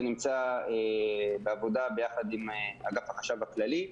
נמצא בעבודה ביחד עם אגף החשב הכללי.